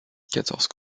quatorze